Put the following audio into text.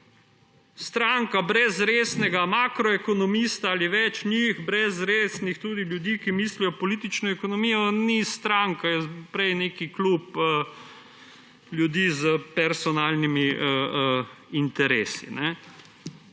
Stranka brez resnega makroekonomista ali več njih, brez resnih ljudi, ki mislijo politično ekonomijo, ni stranka, je prej neki klub ljudi s personalnimi interesi.